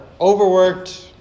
overworked